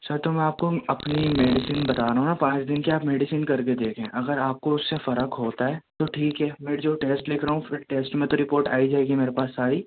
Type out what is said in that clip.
سر تو میں آپ کو اپنی میڈیسن بتا رہا ہوں نا پانچ دن کی آپ میڈیسن کر کے دیکھیں اگر آپ کو اس سے فرق ہوتا ہے تو ٹھیک ہے میں جو ٹیسٹ لکھ رہا ہوں پھر ٹیسٹ میں تو ریپورٹ آ ہی جائے گی میرے پاس ساری